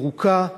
ירוקה,